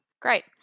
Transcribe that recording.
Great